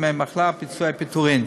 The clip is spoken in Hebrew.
ימי מחלה ופיצויי פיטורים.